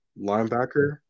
linebacker